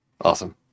Awesome